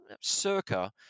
circa